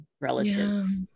relatives